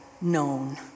known